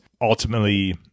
ultimately